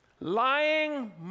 Lying